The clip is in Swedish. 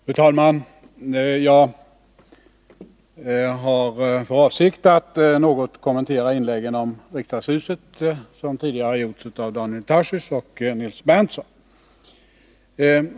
Fru talman! Jag har för avsikt att något kommentera de inlägg om riksdagshuset som tidigare har gjorts av Daniel Tarschys och Nils Berndtson.